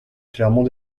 clairement